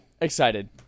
Excited